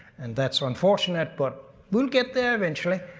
and that's unfortunate but we'll get there eventually.